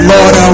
Lord